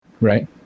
Right